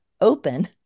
open